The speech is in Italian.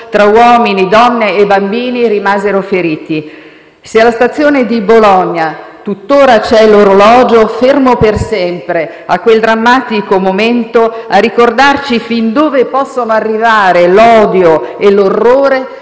tra uomini, donne e bambini rimasero feriti. Se alla stazione di Bologna tuttora c'è l'orologio fermo per sempre a quel drammatico momento, a ricordarci fin dove possono arrivare l'odio e l'orrore,